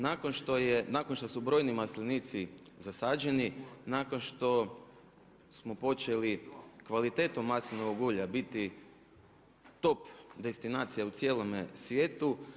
Nakon što je, nakon što su brojni maslinici zasađeni nakon što počeli kvalitetom maslinovog ulja biti top destinacija u cijelom svijetu.